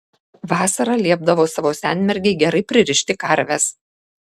vasarą liepdavo savo senmergei gerai pririšti karves